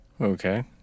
okay